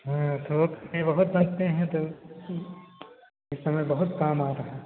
हाँ थोक में बहुत बनते हैं तो इस समय बहुत काम आ रहा है